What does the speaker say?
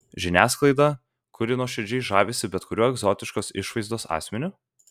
žiniasklaidą kuri nuoširdžiai žavisi bet kuriuo egzotiškos išvaizdos asmeniu